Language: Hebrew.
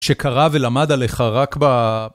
שקרא ולמד עליך רק ב...